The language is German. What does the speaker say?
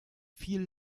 viel